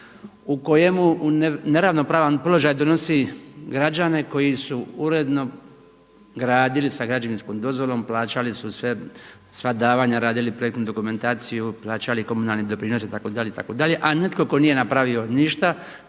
u kojemu u neravnopravan položaj donosi građane koji su uredno gradili sa građevinskom dozvolom, plaćali su sva davanja, radili su projektnu dokumentaciju, plaćali komunalni doprinos itd., a netko tko nije napravio ništa